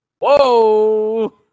Whoa